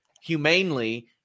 humanely